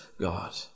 God